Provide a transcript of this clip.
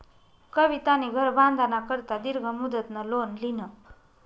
कवितानी घर बांधाना करता दीर्घ मुदतनं लोन ल्हिनं